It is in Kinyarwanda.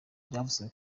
byavuzwe